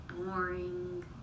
boring